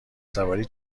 سواری